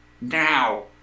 now